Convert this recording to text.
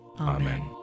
Amen